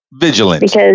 Vigilant